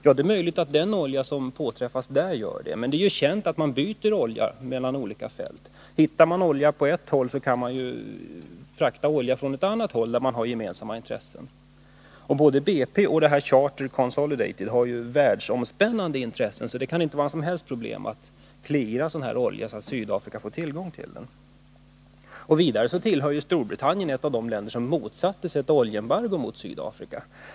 Ja, det är möjligt att detta är fallet med den olja som påträffas i Nordsjön, men det är ju känt att man byter olja mellan olika fält. Hittar man olja på ett håll, kan man ju frakta olja från ett annat håll där man har gemensamma intressen. Både BP och Charter Consolidated har ju världsomspännande intressen, så det kan inte vara några som helst problem att cleara olja, så att Sydafrika får tillgång till den. Vidare tillhör ju Storbritannien de länder som motsatte sig ett oljeembargo mot Sydafrika.